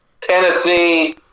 Tennessee